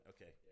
Okay